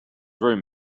room